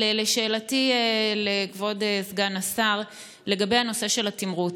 לשאלתי לכבוד סגן השר: לגבי הנושא של התמרוץ,